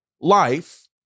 life